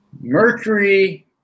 Mercury